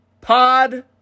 pod